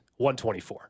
$124